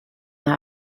d’un